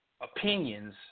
Opinions